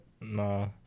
no